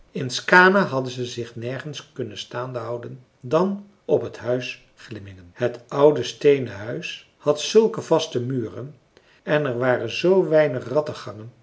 in skaane hadden ze zich nergens kunnen staande houden dan op het huis glimmingen het oude steenen huis had zulke vaste muren en er waren zoo weinig rattengangen